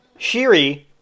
Shiri